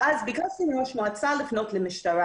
ואז ביקשתי מראש המועצה לפנות למשטרה